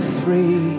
free